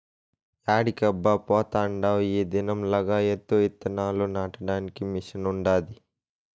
యాడికబ్బా పోతాండావ్ ఈ దినం లగాయత్తు ఇత్తనాలు నాటడానికి మిషన్ ఉండాది